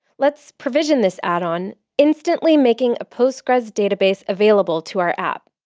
let's provision this addon, instantly making a postgressql database available to our app.